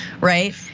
right